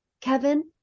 Kevin